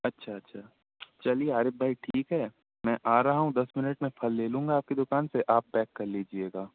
اچھا اچھا چلیے عارف بھائی ٹھیک ہے میں آ رہا ہوں دس منٹ میں پھل لے لوں گا آپ کی دکان سے آپ پیک کر لیجیے گا